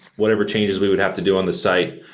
whatever changes we would have to do on the site.